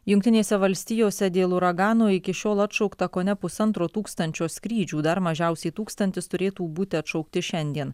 jungtinėse valstijose dėl uragano iki šiol atšaukta kone pusantro tūkstančio skrydžių dar mažiausiai tūkstantis turėtų būti atšaukti šiandien